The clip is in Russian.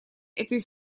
этой